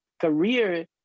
career